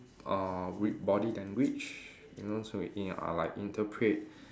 uh with body language you know so in~ uh like interpret